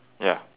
ya